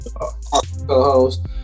co-host